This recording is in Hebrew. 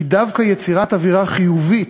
כי דווקא יצירת אווירה חיובית,